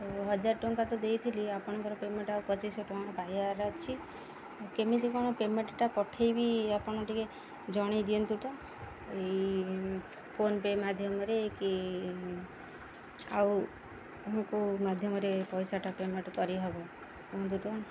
ଆଉ ହଜାର ଟଙ୍କା ତ ଦେଇଥିଲି ଆପଣଙ୍କର ପେମେଣ୍ଟ ଆଉ ପଚିଶଶହ ଟଙ୍କା ପାଇବାର ଅଛି କେମିତି କ'ଣ ପେମେଣ୍ଟଟା ପଠେଇବି ଆପଣ ଟିକେ ଜଣେଇ ଦିଅନ୍ତୁ ତ ଏଇ ଫୋନପେ ମାଧ୍ୟମରେ କି ଆଉ କେଉଁ ମାଧ୍ୟମରେ ପଇସାଟା ପେମେଣ୍ଟ କରିହେବ କୁହନ୍ତୁ ତ